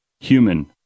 human